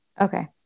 Okay